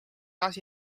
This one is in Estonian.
taas